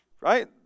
right